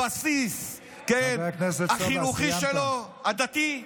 בבסיס החינוכי שלו, הדתי.